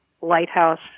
lighthouse